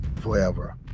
forever